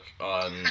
on